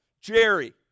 Jerry